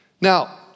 Now